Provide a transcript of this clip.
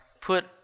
put